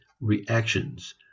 reactions